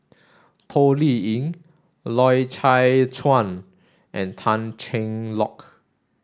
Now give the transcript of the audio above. Toh Liying Loy Chye Chuan and Tan Cheng Lock